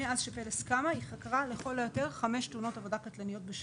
מאז ש"פלס" קמה היא חקרה לכול היותר חמש תאונות עבודה קטלניות בשנה.